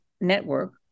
network